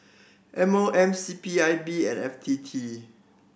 M O M C P I B and F T T